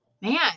man